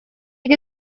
que